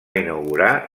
inaugurar